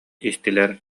истилэр